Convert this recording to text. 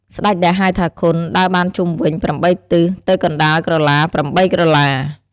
ស្ដេចដែលហៅថាខុន ដើរបានជុំវិញ ៨ទិស ទៅកណ្តាលក្រឡា ៨ក្រឡា។